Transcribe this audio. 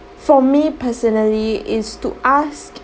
for me personally is to ask